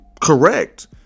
correct